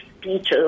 speeches